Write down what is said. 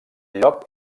lloc